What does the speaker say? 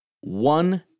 one